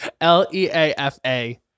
L-E-A-F-A